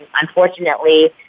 Unfortunately